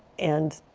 and